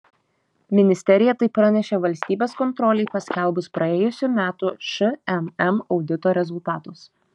ministerija tai pranešė valstybės kontrolei paskelbus praėjusių metų šmm audito rezultatus